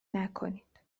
نکنید